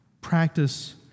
Practice